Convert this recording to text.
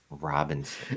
Robinson